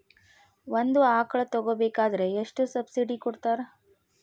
ಒಂದು ಆಕಳ ತಗೋಬೇಕಾದ್ರೆ ಎಷ್ಟು ಸಬ್ಸಿಡಿ ಕೊಡ್ತಾರ್?